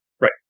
Right